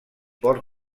port